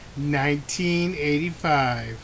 1985